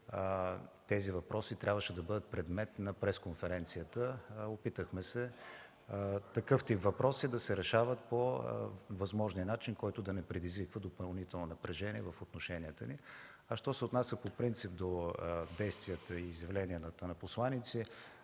тези въпроси трябваше да бъдат предмет на пресконференцията. Опитахме се такъв тип въпроси да се решават по възможния начин, който да не предизвиква допълнително напрежение в отношенията ни. Що се отнася по принцип до действията и изявленията на посланици,